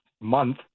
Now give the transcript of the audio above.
month